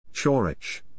Chorich